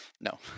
No